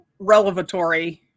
relevatory